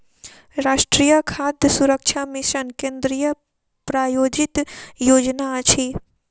राष्ट्रीय खाद्य सुरक्षा मिशन केंद्रीय प्रायोजित योजना अछि